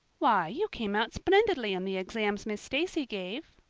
why, you came out splendidly in the exams miss stacy gave.